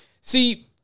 See